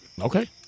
Okay